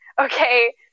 Okay